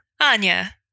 Anya